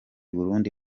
burundi